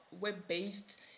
web-based